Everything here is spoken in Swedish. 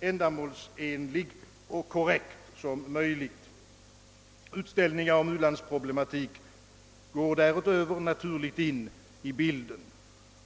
ändamålsenlig och korrekt som möjligt». Utställningar om u-landsproblematik går därutöver naturligt in i bilden.